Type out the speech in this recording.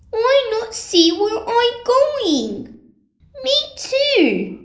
i not see where i going me too!